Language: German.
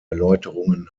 erläuterungen